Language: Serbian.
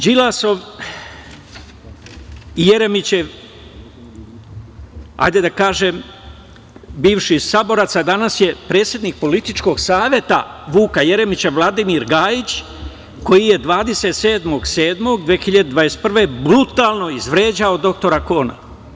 Đilasov i Jeremićev, hajde da kažem, bivši saborac, a danas je predsednik političkog saveta Vuka Jeremića, Vladimir Gajić koji je 27. jula 2021. godine brutalno izvređao dr Kona.